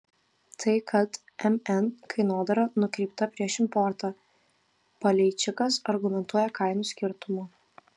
tai kad mn kainodara nukreipta prieš importą paleičikas argumentuoja kainų skirtumu